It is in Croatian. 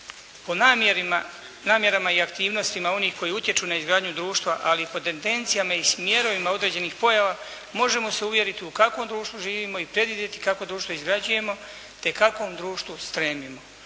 namjerama i aktivnostima onih koji utječu na izgradnju društva ali i po tendencijama i smjerovima određenih pojava možemo se uvjeriti u kakvom društvu živimo i predvidjeti kakvo društvo izgrađujemo te kakvom društvu stremimo